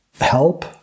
help